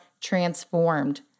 transformed